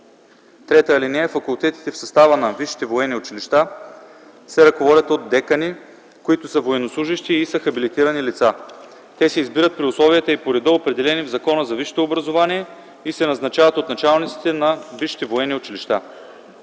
лица. (3) Факултетите в състава на висшите военни училища се ръководят от декани, които са военнослужещи и са хабилитирани лица. Те се избират при условията и по реда, определени в Закона за висшето образование, и се назначават от началниците на висшите военни училища.